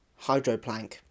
Hydroplank